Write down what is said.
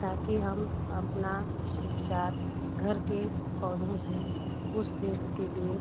ताकि हम अपना उपचार घर के पौधों से कुछ देर के लिए